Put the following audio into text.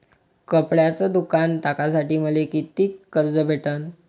कपड्याचं दुकान टाकासाठी मले कितीक कर्ज भेटन?